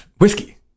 whiskey